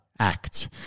Act